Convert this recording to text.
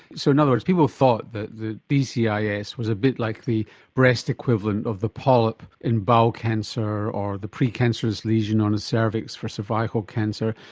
so in other words people thought that dcis ah was a bit like the breast equivalent of the polyp in bowel cancer or the precancerous lesion on a cervix for cervical cancer.